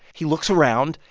he looks around.